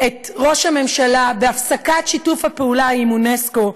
את ראש הממשלה בהפסקת שיתוף הפעולה עם אונסק"ו,